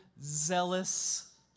zealous